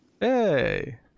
hey